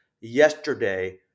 yesterday